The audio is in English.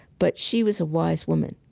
but she was a wise woman.